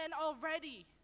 already